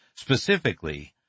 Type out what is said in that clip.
specifically